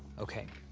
okay.